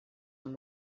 them